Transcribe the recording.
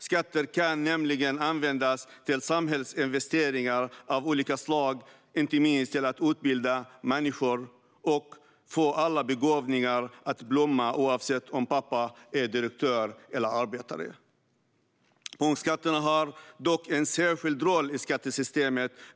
Skatter kan nämligen användas till samhällsinvesteringar av olika slag, inte minst till att utbilda människor och få alla begåvningar att blomma oavsett om pappa är direktör eller arbetare. Punktskatterna har dock en särskild roll i skattesystemet.